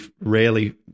rarely